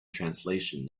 translation